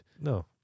No